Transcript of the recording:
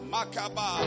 Makaba